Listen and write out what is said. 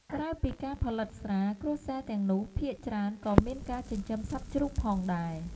ក្រៅពីការផលិតស្រា គ្រួសារទាំងនោះភាគច្រើនក៏មានការចិញ្ចឹមសត្វជ្រូកផងដែរ។